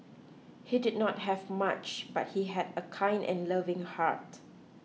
he did not have much but he had a kind and loving heart